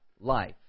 life